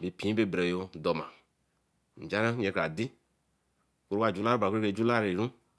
be impee bay bereyor do ma nja nye cara dey bar jular.